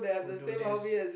who do this